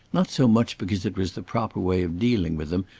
not so much because it was the proper way of dealing with them,